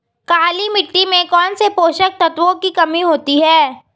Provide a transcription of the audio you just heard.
काली मिट्टी में कौनसे पोषक तत्वों की कमी होती है?